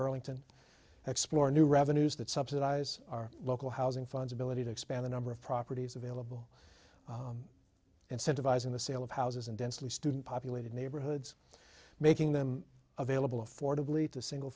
burlington explore new revenues that subsidize our local housing funds ability to expand the number of properties available and set of eyes on the sale of houses in densely student populated neighborhoods making them available affordably to single